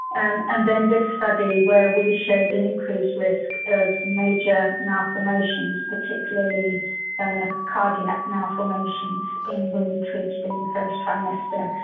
and and then this study where we showed an increased risk of major malformations, particularly um ah cardiac malformations in but women treated in the first trimester.